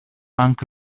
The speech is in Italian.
anche